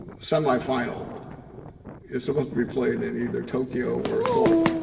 semi-final is supposed to be played in and either tokyo or seoul.